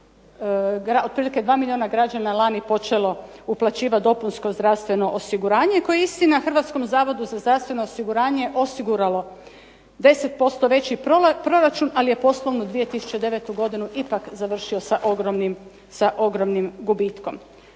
otprilike dva milijuna građana lani počelo uplaćivati dopunsko zdravstveno osiguranje, koje istina Hrvatskom zavodu za zdravstveno osiguranje osiguralo 10% veći proračuna, ali je poslovno 2009. godinu ipak završio sa ogromnim gubitkom.